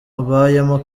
abayemo